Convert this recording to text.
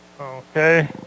Okay